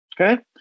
Okay